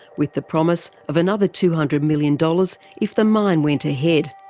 with the promise of another two hundred million dollars if the mine went ahead.